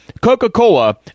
Coca-Cola